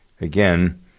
again